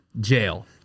jail